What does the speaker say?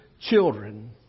children